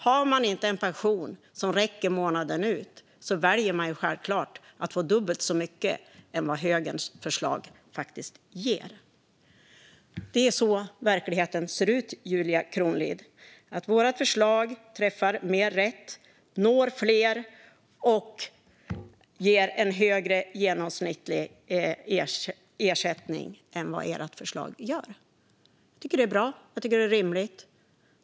Har man inte en pension som räcker månaden ut väljer man självklart att få dubbelt så mycket som vad högerns förslag faktiskt ger. Det är så verkligheten ser ut, Julia Kronlid. Vårt förslag träffar mer rätt, når fler och ger en högre genomsnittlig ersättning än ert förslag. Jag tycker att det är bra. Jag tycker att det är rimligt.